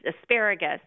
asparagus